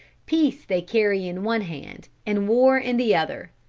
peace they carry in one hand and war in the other.